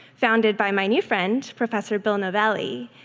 founded by my new friend, professor bill novelli,